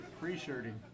Pre-shirting